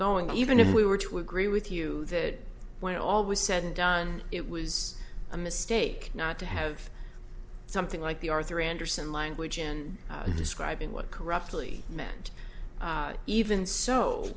going even if we were to agree with you that when all was said and done it was a mistake not to have something like the arthur andersen language in describing what corruptly meant even so